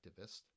activist